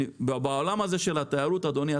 ובעולם הזה של התיירות אדוני,